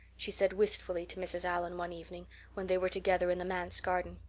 she said wistfully to mrs. allan one evening when they were together in the manse garden.